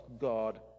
God